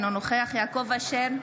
אינו נוכח יעקב אשר,